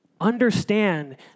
Understand